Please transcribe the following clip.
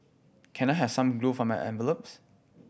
can I have some glue for my envelopes